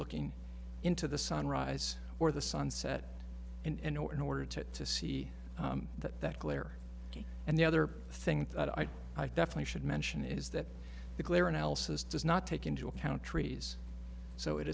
looking into the sunrise or the sunset in order to to see that that glare and the other thing that i definitely should mention is that the glare in elsa's does not take into account trees so it